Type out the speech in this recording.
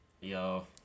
Yo